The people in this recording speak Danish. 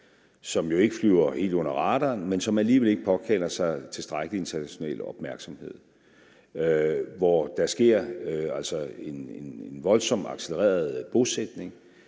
som jo ikke flyver helt under radaren, men som alligevel ikke påkalder sig tilstrækkelig international opmærksomhed, hvor der altså sker en voldsomt accelereret bosætning,